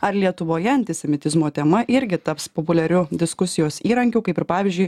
ar lietuvoje antisemitizmo tema irgi taps populiariu diskusijos įrankiu kaip ir pavyzdžiui